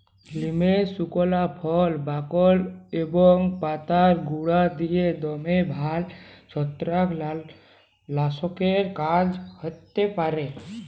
লিমের সুকলা ফল, বাকল এবং পাতার গুঁড়া দিঁয়ে দমে ভাল ছত্রাক লাসকের কাজ হ্যতে পারে